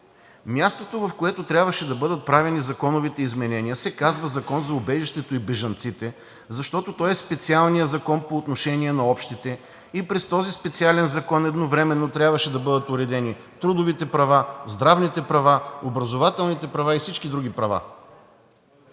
Мястото, в което трябваше да бъдат правени законовите изменения, се казва Закон за убежището и бежанците, защото той е специалният закон по отношение на общите и през този специален закон едновременно трябваше да бъдат уредени трудовите права, здравните права, образователните права и всички други права.